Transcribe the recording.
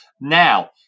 Now